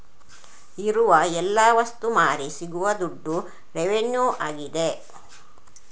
ಇರುವ ಎಲ್ಲ ವಸ್ತು ಮಾರಿ ಸಿಗುವ ದುಡ್ಡು ರೆವೆನ್ಯೂ ಆಗಿದೆ